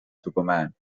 superman